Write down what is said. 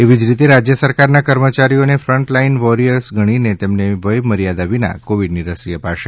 એવી જ રીતે રાજ્ય સરકારના કર્મચારીઓને ફ્રન્ટલાઈન વોરિયર ગણીને તેમને વયમર્યાદા વિના કોવિડની રસી અપાશે